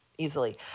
Easily